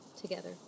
together